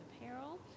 Apparel